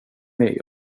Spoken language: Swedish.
med